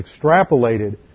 extrapolated